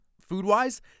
food-wise